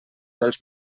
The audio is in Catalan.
dels